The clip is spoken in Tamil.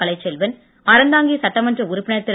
கலைச்செல்வன் அறந்தாங்கி சட்டமன்ற உறுப்பினர் திரு